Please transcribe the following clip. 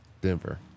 Denver